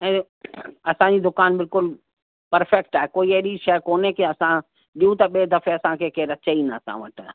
ऐं असांजी दुकानु बिल्कुलु पर्फ़ेक्ट आहे कोई अहिड़ी शइ कोन्हे की असां ॾियूं त ॿिए दफ़े असांखे केरु अचे ई न असां वटि